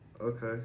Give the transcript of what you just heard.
Okay